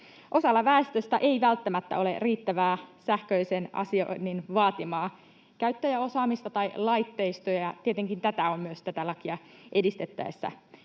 Osalla väestöstä ei välttämättä ole riittävää sähköisen asioinnin vaatimaa käyttäjäosaamista tai laitteistoja, ja tietenkin myös tätä on tätä lakia edistettäessä